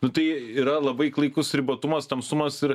nu tai yra labai klaikus ribotumas tamsumas ir